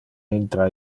intra